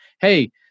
Hey